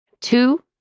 Two